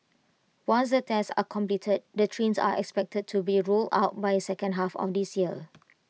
once the tests are completed the trains are expected to be rolled out by second half of this year